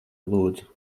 lūdzu